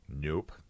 Nope